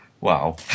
Wow